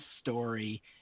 story